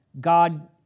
God